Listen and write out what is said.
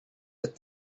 with